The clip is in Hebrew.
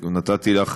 נתתי לך,